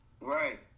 right